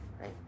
right